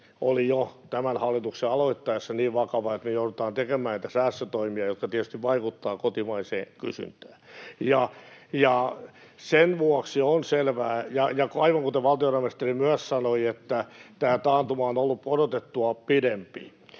oli jo tämän hallituksen aloittaessa niin vakava, että me joudutaan tekemään niitä säästötoimia, jotka tietysti vaikuttavat kotimaiseen kysyntään. Sen vuoksi on selvää... Ja aivan kuten valtiovarainministeri myös sanoi, tämä taantuma on ollut odotettua pidempi.